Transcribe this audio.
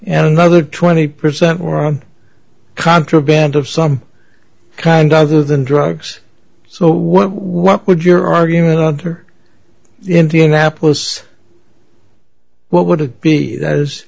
and another twenty percent more on contraband of some kind other than drugs so what what would your argument or indianapolis what would it be